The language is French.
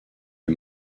est